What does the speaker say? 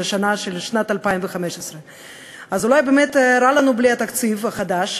שנת 2015. אז אולי באמת רע לנו בלי התקציב החדש,